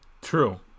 True